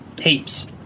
heaps